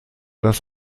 das